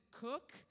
cook